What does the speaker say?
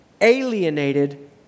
alienated